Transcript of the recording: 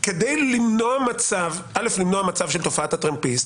כדי למנוע מצב של תופעת הטרמפיסט,